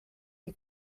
die